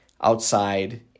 outside